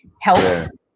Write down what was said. helps